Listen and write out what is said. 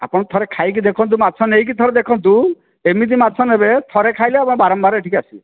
ଆପଣ ଥରେ ଖାଇକି ଦେଖନ୍ତୁ ମାଛ ନେଇକି ଥରେ ଦେଖନ୍ତୁ ଯୋଉ ଏମିତି ମାଛ ନେବେ ଥରେ ଖାଇଲେ ଆପଣ ବାରମ୍ବାର ଏଠିକି ଆସିବେ